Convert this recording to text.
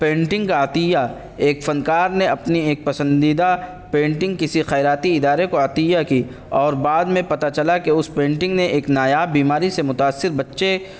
painting کا عطیہ ایک فنکار نے اپنی ایک پسندیدہ پینٹنگ کسی خیراتی ادارے کو عطیہ کی اور بعد میں پتا چلا کہ اس پینٹنگ نے ایک نایاب بیماری سے متاثر بچے